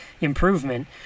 improvement